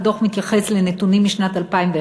הדוח מתייחס לנתונים משנת 2011,